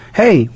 hey